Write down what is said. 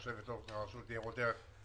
יושבת-ראש רשות ניירות ערך,